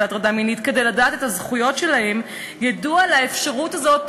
הטרדה מינית כדי לדעת את הזכויות שלהם ידעו על האפשרות הזאת,